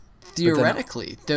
Theoretically